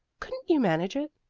couldn't you manage it?